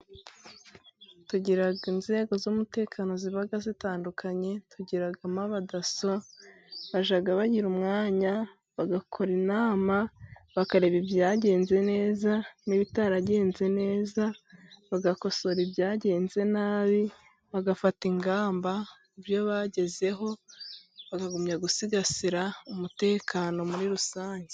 Tugira inzego z'umutekano ziba zitandukanye. Tugiramo abadaso bajya bagira umwanya, bagakora inama bakareba ibyagenze neza n'ibitaragenze neza. Bagakosora ibyagenze nabi, bagafata ingamba ,ibyo bagezeho bakagumya gusigasira umutekano muri rusange.